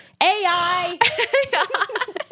AI